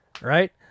Right